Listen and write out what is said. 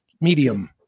medium